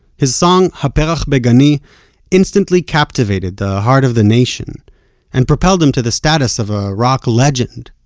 his song, ha'perach be'gani instantly captivated the heart of the nation and propelled him to the status of a rock legend.